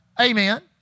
Amen